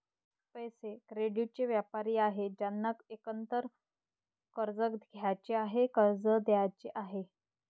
पैसे, क्रेडिटचे व्यापारी आहेत ज्यांना एकतर कर्ज घ्यायचे आहे, कर्ज द्यायचे आहे